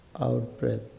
out-breath